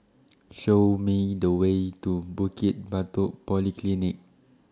Show Me The Way to Bukit Batok Polyclinic